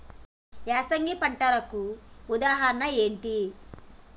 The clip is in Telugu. యాసంగి పంటలకు ఉదాహరణ ఏంటి?